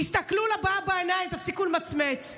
תסתכלו לבעיה בעיניים, תפסיקו למצמץ.